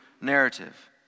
narrative